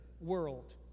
world